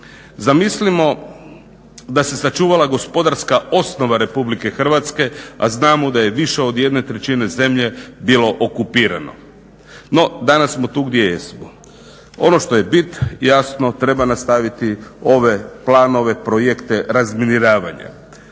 Zamislimo da se sačuvala gospodarska osnova RH, a znamo da je više od 1/3 zemlje bilo okupirano. No danas smo tu gdje jesmo. Ono što je bit jasno treba nastaviti ove planove, projekte razminiravanja.